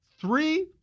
three